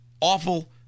awful